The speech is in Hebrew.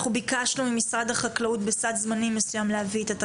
אנחנו ביקשנו ממשרד החקלאות להביא את התקנות בסד זמנים מסוים,